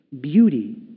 beauty